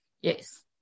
Yes